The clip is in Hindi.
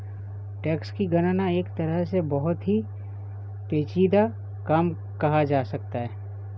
टैक्स की गणना एक तरह से बहुत ही पेचीदा काम कहा जा सकता है